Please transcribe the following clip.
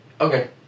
Okay